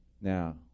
Now